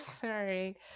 sorry